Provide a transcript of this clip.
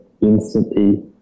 instantly